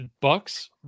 Bucks